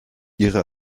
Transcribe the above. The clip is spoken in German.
ihre